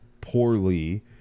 poorly